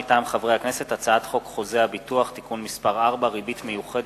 מטעם הכנסת: הצעת חוק חוזה הביטוח (תיקון מס' 4) (ריבית מיוחדת),